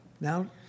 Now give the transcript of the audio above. now